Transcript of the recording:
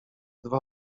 dwa